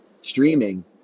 streaming